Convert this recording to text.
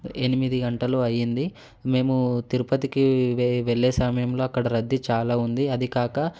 ఎనిమిది గంటలు అయింది మేము తిరుపతికి వె వెళ్ళే సమయంలో అక్కడ రద్దీ చాలా ఉంది అదికాక